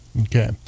Okay